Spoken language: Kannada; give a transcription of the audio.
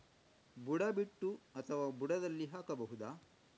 ಬುಡ ಬಿಟ್ಟು ಅಥವಾ ಬುಡದಲ್ಲಿ ಹಾಕಬಹುದಾ?